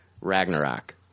Ragnarok